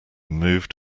moved